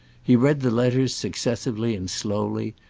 he read the letters successively and slowly,